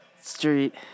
Street